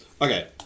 okay